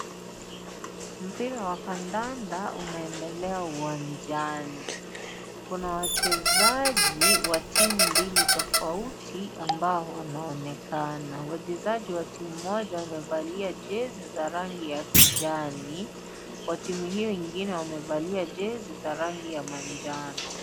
Mpira wa kandanda unaendelea uwanjani, kuna wachezaji wa timu mbili tofauti ambao wanaonekana wachezaji wa timu moja wamevalia jezi za rangi ya kijani wa timu hiyo ingine wamevalia jezi za rangi ya manjano.